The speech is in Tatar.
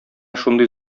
шундый